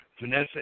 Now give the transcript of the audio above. Vanessa